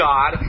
God